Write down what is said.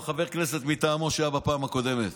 חבר כנסת מטעמו שהיה בפעם הקודמת,